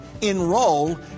Enroll